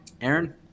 Aaron